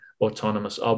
Autonomous